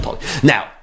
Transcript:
now